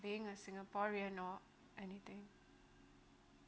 being a singaporean or not anything